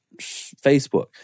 Facebook